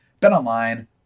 betonline